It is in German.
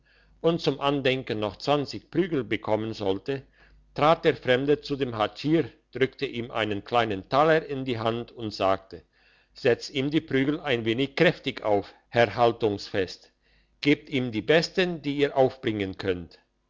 und zum andenken noch prügel bekommen sollte trat der fremde zu dem hatschier drückte ihm einen kleinen taler in die hand und sagte setzt ihm die prügel ein wenig kräftig auf herr haltunsfest gebt ihm die besten die ihr aufbringen könnt